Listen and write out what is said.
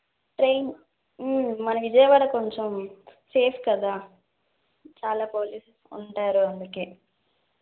train మన విజయవాడ కొంచెం safe కదా చాలా పోలీస్ ఉంటారు అందుకే